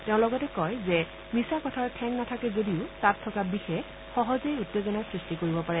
তেওঁ লগতে কয় যে মিছা কথাৰ ঠেং নাথাকে যদিও তাত থকা বিষে সহজেই উত্তেজনাৰ সৃষ্টি কৰিব পাৰে